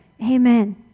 Amen